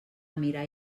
mirar